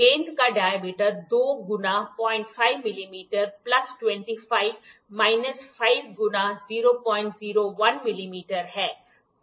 गेंद का डायमीटर 2 गुणा 05 मिलीमीटर प्लस 25 माइनस 5 गुणा 001 मिलीमीटर है